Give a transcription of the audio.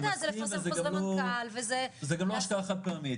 אתה יודע זה לפרסם חוזר מנכ"ל וזה -- זה גם לא השקעה חד פעמית,